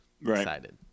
excited